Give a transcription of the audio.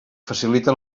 facilite